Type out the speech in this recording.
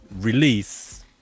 release